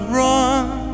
run